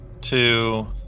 two